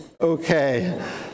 Okay